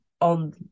on